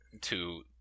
to-